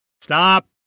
Stop